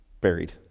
buried